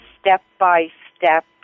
step-by-step